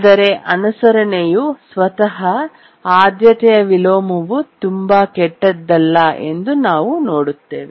ಆದರೆ ಅನುಸರಣೆಯು ಸ್ವತಃ ಆದ್ಯತೆಯ ವಿಲೋಮವು ತುಂಬಾ ಕೆಟ್ಟದ್ದಲ್ಲ ಎಂದು ನಾವು ನೋಡುತ್ತೇವೆ